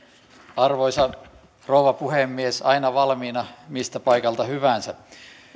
arvoisa rouva puhemies aina valmiina miltä paikalta hyvänsä